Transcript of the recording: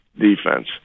defense